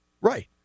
Right